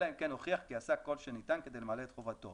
אלא אם כן הוכיח כי עשה כל שניתן כדי למלא את חובתו.